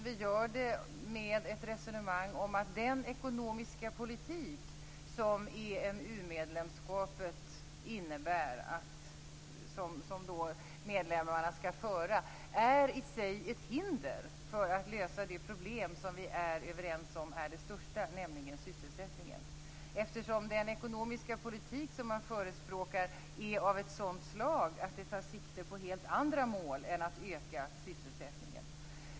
Vi gör det med resonemanget att den ekonomiska politik som EMU medlemskapet innebär att medlemmarna skall föra, i sig är ett hinder för att lösa det problem som vi är överens om är det största, nämligen sysselsättningen. Den ekonomiska politik som man förespråkar är ju av ett sådant slag att den tar sikte på helt andra mål än att öka sysselsättningen.